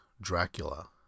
Dracula